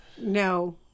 no